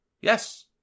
Yes